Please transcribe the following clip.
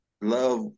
love